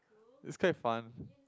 it's quite fun